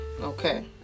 Okay